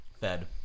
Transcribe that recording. Fed